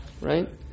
Right